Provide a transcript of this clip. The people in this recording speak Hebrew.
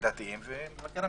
בתי דין דתיים ומבקר המדינה.